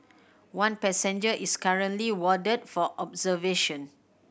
one passenger is currently warded for observation